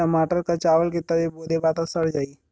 टमाटर क चावल के तरे बो देबा त सड़ जाई